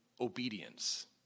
obedience